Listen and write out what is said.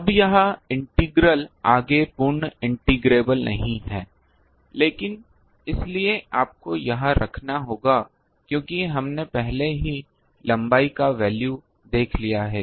अब यह इंटीग्रल आगे पूर्ण इंटेग्रेबल नहीं है लेकिन इसलिए आपको यहां रखना होगा क्योंकि हमने पहले ही लंबाई का वैल्यू देख लिया है